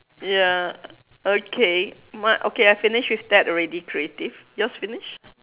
ya okay bu~ okay I finish with that already creative yours finish